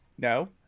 no